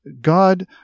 God